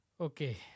Okay